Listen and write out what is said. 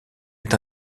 est